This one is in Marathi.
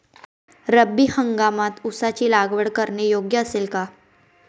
रब्बी हंगामात ऊसाची लागवड करणे योग्य असेल का?